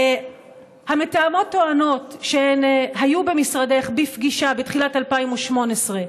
המתאמות טוענות שהן היו במשרדך בפגישה בתחילת 2018,